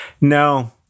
No